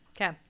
Okay